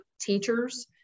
teachers